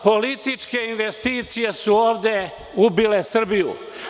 Političke investicije su ovde ubile Srbiju.